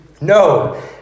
No